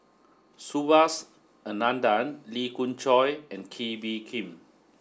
Subhas Anandan Lee Khoon Choy and Kee Bee Khim